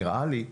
כך נראה לי,